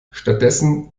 stattdessen